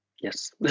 Yes